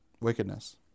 wickedness